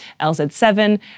LZ7